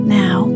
now